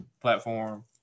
platform